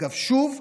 אגב, שוב,